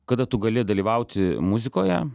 kada tu gali dalyvauti muzikoje